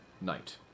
night